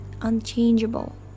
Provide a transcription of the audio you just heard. unchangeable